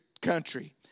country